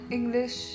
English